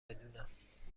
بدونم